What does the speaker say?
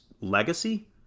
legacy